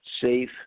safe